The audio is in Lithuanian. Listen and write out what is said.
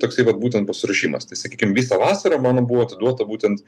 toksai va būtent pasiruošimas tai sakykim visa vasara mano buvo atiduota būtent